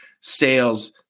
sales